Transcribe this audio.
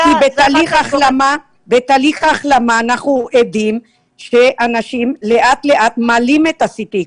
כי בתהליך ההחלמה אנחנו עדים לכך שאנשים לאט-לאט מעלים את ה-CT.